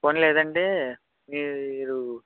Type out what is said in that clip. పొనీ లేదంటే మీరు